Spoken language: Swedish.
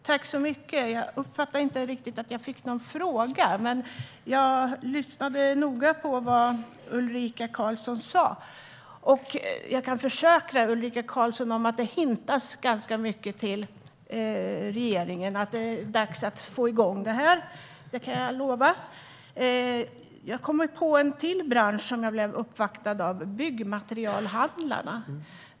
Herr talman! Jag uppfattade inte att jag fick en fråga, men jag lyssnade noga på vad Ulrika Carlsson sa. Jag kan försäkra Ulrika Carlsson om att det hintas ganska mycket till regeringen att det är dags att få igång detta; det kan jag lova. Jag kom på en till bransch som jag blev uppvaktad av: byggmaterialhandlarna.